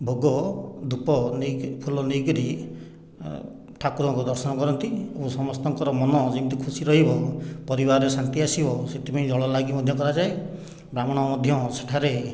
ଭୋଗ ଧୂପ ନେଇକି ଫୁଲ ନେଇକରି ଠାକୁରଙ୍କ ଦର୍ଶନ କରନ୍ତି ଏବଂ ସମସ୍ତଙ୍କର ମନ ଯେମିତି ଖୁସି ରହିବ ପରିବାରରେ ଶାନ୍ତି ଆସିବ ସେଥିପାଇଁ ଜଳ ଲାଗି ମଧ୍ୟ୍ୟ କରାଯାଏ ବ୍ରାହ୍ମଣ ମଧ୍ୟ ସେଠାରେ